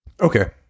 Okay